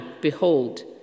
behold